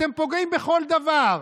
אתם פוגעים בכל דבר,